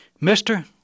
Mister